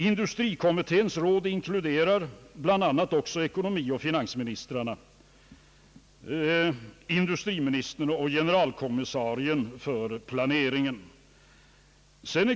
Industrikommitténs råd inkluderar bl.a. ekonomioch finansministrarna, industri ministern och generalkommissarien för planeringen.